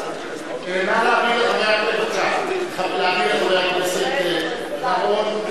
נא להעביר לחבר הכנסת בר-און.